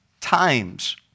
times